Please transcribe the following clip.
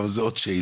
אבל זאת שאלה.